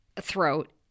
throat